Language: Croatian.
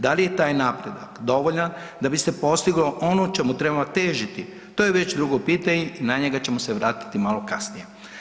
Da li je taj napredak dovoljan da bi se postiglo ono čemu trebamo težiti, to je već drugo pitanje i na njega ćemo se vratiti malo kasnije.